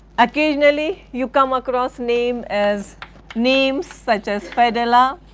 occasionally you come across name as names such as fedallah,